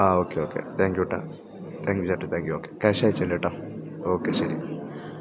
ആ okay okay thank you ചേട്ടാ thank you ചേട്ടാ താങ്ക് യു ഓക്കേ ക്യാഷ് അയച്ച് തരാം കെ കേട്ടോ ഓക്കേ ശരി